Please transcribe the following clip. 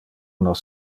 nos